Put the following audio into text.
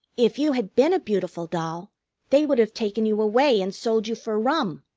if you had been a beautiful doll they would have taken you away and sold you for rum.